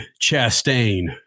Chastain